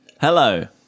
Hello